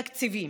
תקציבים,